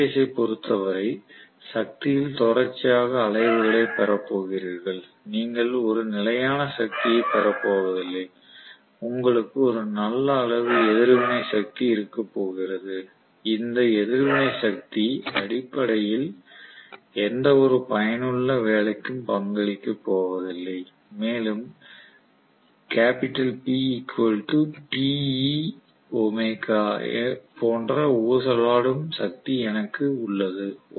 ஒற்றை பேஸ் ஐ பொறுத்தவரை சக்தியில் தொடர்ச்சியாக அலைவுகளைப் பெறப் போகிறீர்கள் நீங்கள் ஒரு நிலையான சக்தியைப் பெறப்போவதில்லை உங்களுக்கும் ஒரு நல்ல அளவு எதிர்வினை சக்தி இருக்கப் போகிறது அந்த எதிர்வினை சக்தி அடிப்படையில் எந்தவொரு பயனுள்ள வேலைக்கும் பங்களிக்க போவதில்லை மேலும் போன்ற ஊசலாடும் சக்தி எனக்கு உள்ளது